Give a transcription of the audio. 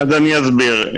אסביר.